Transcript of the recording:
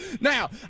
now